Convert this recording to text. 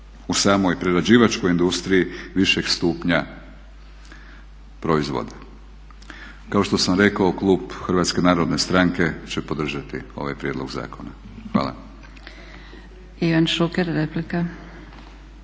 u samoj prerađivačkoj industriji višeg stupnja proizvoda. Kao što sam rekao Klub Hrvatske narodne stranke će podržati ovaj prijedlog zakona. Hvala.